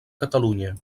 catalunya